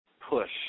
push